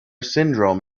syndrome